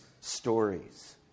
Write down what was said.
stories